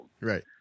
Right